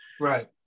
Right